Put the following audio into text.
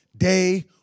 Day